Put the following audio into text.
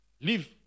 Leave